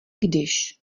když